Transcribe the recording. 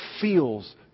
feels